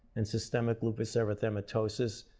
and systemic lupus erythematosus,